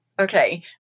Okay